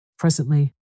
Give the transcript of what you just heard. Presently